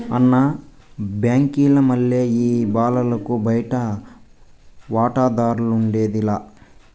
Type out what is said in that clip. అన్న, బాంకీల మల్లె ఈ బాలలకు బయటి వాటాదార్లఉండేది లా